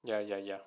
ya ya ya